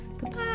Goodbye